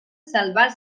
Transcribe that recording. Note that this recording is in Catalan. salvar